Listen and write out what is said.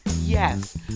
Yes